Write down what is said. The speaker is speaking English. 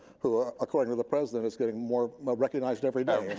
who according to the president is getting more recognized every day.